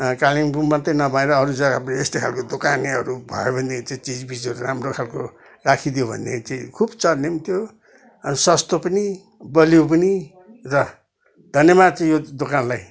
कालिम्पोङ मात्रै नभएर अरू जग्गा पनि यस्तै खालके दोकानेहरू भयो भने चाहिँ चिजबिजहरू राम्रो खालको राखीदियो भनेदेखि चाहिँ खूब चल्ने पनि थियो सस्तो पनि बलियो पनि र धन्यवाद यो दोकानलाई